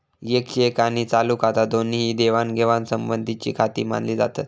येक चेक आणि चालू खाता दोन्ही ही देवाणघेवाण संबंधीचीखाती मानली जातत